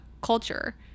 culture